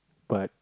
but